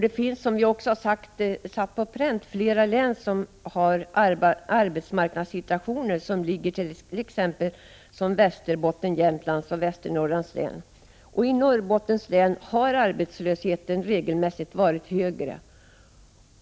Det finns, som vi även satt på pränt, flera län som har arbetsmarknadssituationer som liknar den i t.ex. Västerbottens, Jämtlands och Västernorrlands län. I Norrbottens län har arbetslösheten regelmässigt varit högre.